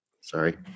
Sorry